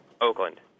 Oakland